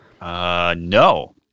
No